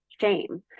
shame